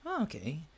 okay